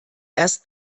erst